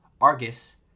Argus